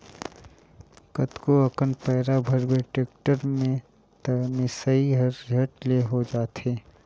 कतनो अकन पैरा भरबे टेक्टर में त मिसई हर झट ले हो जाथे